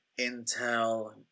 intel